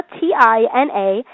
t-i-n-a